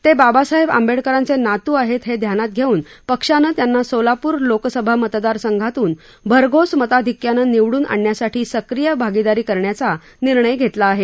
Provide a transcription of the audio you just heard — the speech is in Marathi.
ते बाबासाहेब आंबेडकरांचे नात् आहेत हे ध्यानात घेऊन पक्षाने त्यांना सोलाप्र लोकसभा मतदारसंघातून भरघोस मताधिक्याने निवडून आणण्यासाठी सक्रिय भागीदारी करण्याचा निर्णय घेतला आहे